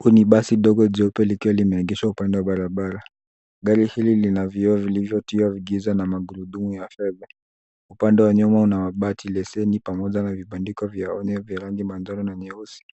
Huu ni basi ndogo jeupe likiwa limeegeshwa upande wa barabara. Gari hili lina vioo vilivyotiwa giza na magurudumu ya fedha. Upande wa nyuma una mabati leseni pamoja na vibandiko vya onyo vya rangi manjano na nyeusi.